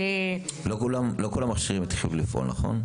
לא כל המכשירים התחילו לפעול, נכון?